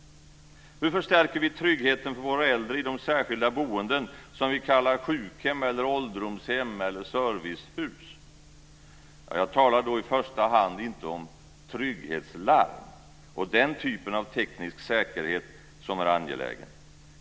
Hur förstärker vi tryggheten för våra äldre i de särskilda boenden som vi kallar sjukhem, ålderdomshem eller servicehus? Jag talar då i första hand inte om trygghetslarm och den typen av teknisk säkerhet som är angelägen.